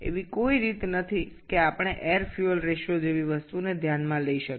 সুতরাং কোনও উপায় নেই যা আমরা বায়ু ও জ্বালানির অনুপাতের মতো কিছু বিবেচনা করতে পারি